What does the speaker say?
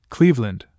Cleveland